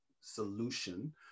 solution